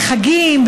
בחגים,